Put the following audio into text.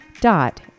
dot